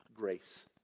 grace